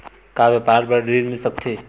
का व्यापार बर ऋण मिल सकथे?